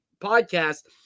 podcast